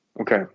Okay